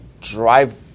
drive